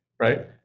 right